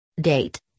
Date